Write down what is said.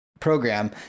program